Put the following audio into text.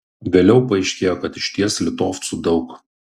vėliau paaiškėjo kad išties litovcų daug